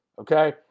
okay